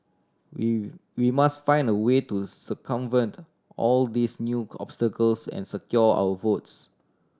we we must find a way to circumvent all these new obstacles and secure our votes